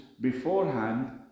beforehand